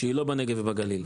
היא לא בנגב ובגליל.